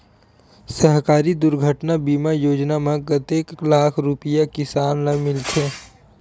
सहकारी दुर्घटना बीमा योजना म कतेक लाख रुपिया किसान ल मिलथे?